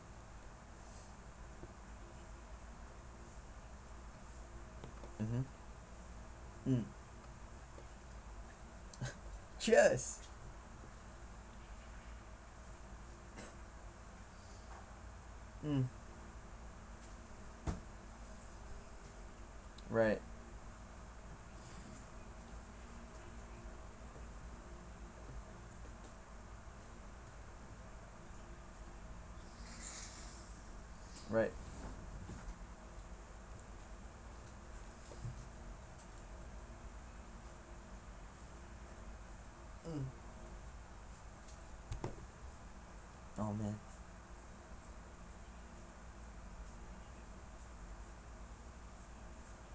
mmhmm mm cheers mm right right mm oh man